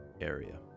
Area